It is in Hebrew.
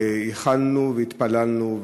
וייחלנו והתפללנו.